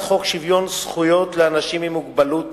חוק שוויון זכויות לאנשים עם מוגבלות